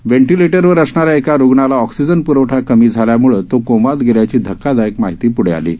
वेंटिलेटरवर असणाऱ्या एका रुग्णाला ऑक्सिजन प्रवठा कमी झाल्याम्ळं तो कोमात गेल्याची धक्कादायक माहिती प्ढे आली आहे